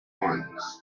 ones